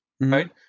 right